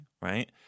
right